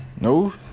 no